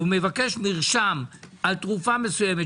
ומבקש מרשם על תרופה מסוימת,